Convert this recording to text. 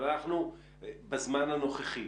אבל אנחנו בזמן הנוכחי.